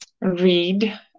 read